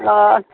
অঁ